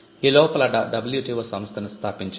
ఈ లోపల WTO సంస్థను స్థాపించారు